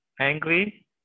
angry